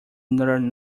learn